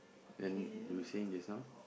then you were saying just now